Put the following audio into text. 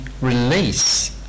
release